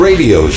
Radio